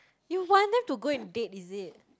you wanted to go and date is it